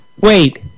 Wait